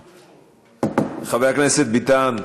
חבר הכנסת ביטן.